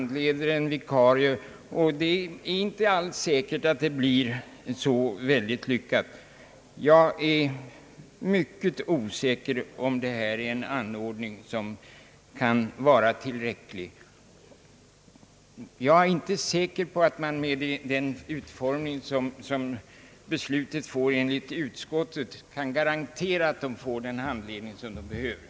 Det är inte alls säkert att detta kan bli ett lyckat arrangemang. Jag är därför inte säker på att man med utskottets utformning av beslutet kan garantera att eleverna får den handledning som behövs.